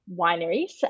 wineries